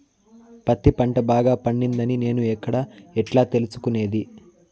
పత్తి పంట బాగా పండిందని నేను ఎక్కడ, ఎట్లా తెలుసుకునేది?